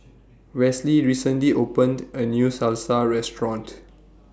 Westley recently opened A New Salsa Restaurant